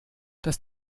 das